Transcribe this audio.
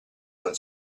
non